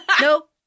Nope